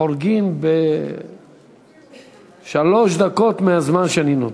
חורגים בשלוש דקות מהזמן שאני נותן.